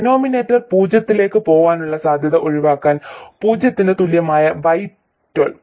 denominator പൂജ്യത്തിലേക്ക് പോകാനുള്ള സാധ്യത ഒഴിവാക്കാൻ പൂജ്യത്തിന് തുല്യമായ y12